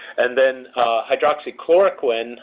and then hydroxychloroquine,